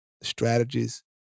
strategies